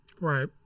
Right